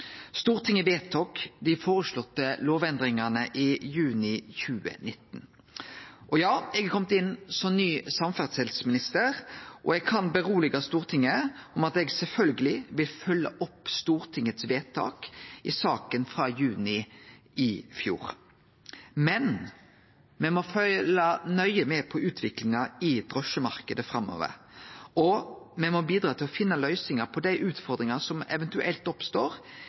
Stortinget vedtok dei føreslåtte lovendringane i juni 2019. Og ja, eg er komen inn som ny samferdselsminister, og eg kan fortelje Stortinget at eg sjølvsagt vil følgje opp stortingsvedtaket i saka frå juni i fjor. Men me må følgje nøye med på utviklinga i drosjemarknaden framover, og me må bidra til å finne løysingar på dei utfordringane som eventuelt oppstår